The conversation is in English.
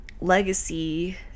legacy